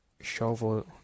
shovel